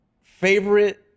Favorite